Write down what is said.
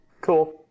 Cool